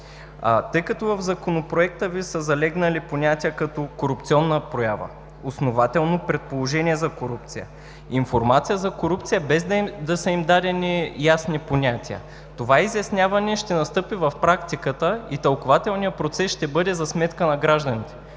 Тъй като в Законопроекта Ви са залегнали понятия като „корупционна проява“, „основателно предположение за корупция“, „информация за корупция“, без да са им дадени ясни понятия, това изясняване ще настъпи в практиката и тълкувателният процес ще бъде за сметка на гражданите,